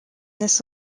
this